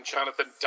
Jonathan